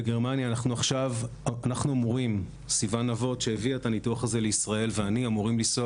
גרמניה וסיוון נבות שהביאה את הניתוח הזה לישראל ואני אמורים לנסוע